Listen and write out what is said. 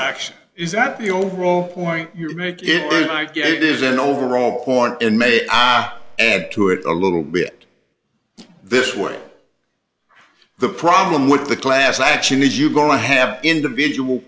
action is that the overall point your make it might get is an overall point and may i add to it a little bit this way the problem with the class action is you're going to have individual